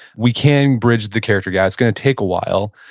we can bridge the character gap. it's going to take a while.